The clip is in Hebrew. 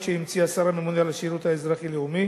שהמציא השר הממונה על השירות האזרחי-לאומי,